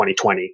2020